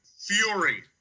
fury